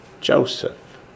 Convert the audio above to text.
Joseph